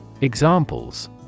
Examples